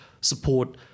support